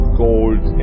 gold